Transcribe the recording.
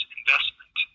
investment